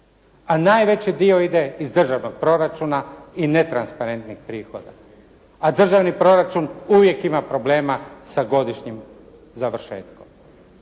A najveći dio ide iz državnog proračuna i netransparentnih prihoda. A državni proračun uvijek ima problema sa godišnjim završetkom.